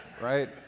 Right